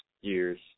years